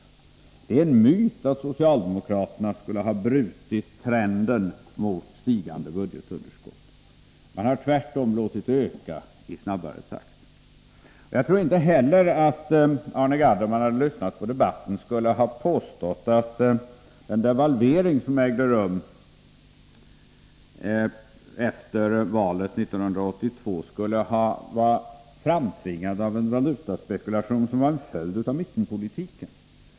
Det är en myt att socialdemokraterna skulle ha brutit trenden mot stigande budgetunderskott. De har tvärtom låtit det öka i snabbare takt. Jag tror inte heller att Arne Gadd, om han hade lyssnat på debatten, skulle ha påstått att den devalvering som ägde rum efter valet 1982 var framtvingad av en valutaspekulation som var en följd av mittenpolitiken.